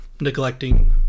neglecting